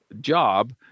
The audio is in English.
job